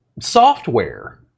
Software